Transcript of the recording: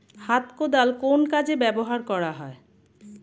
হাত কোদাল কোন কাজে ব্যবহার করা হয়?